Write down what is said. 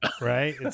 right